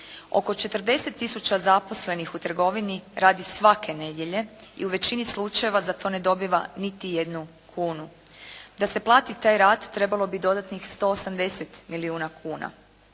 Oko 40 tisuća zaposlenih u trgovini radi svake nedjelje i u većini slučajeva za to ne dobiva niti jednu kunu. Da se plati taj rad trebalo bi dodatnih 180 milijuna kuna.